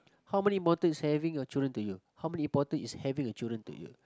how many important is having a children to you how many important is having a children to you